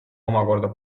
omakorda